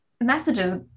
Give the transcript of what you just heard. messages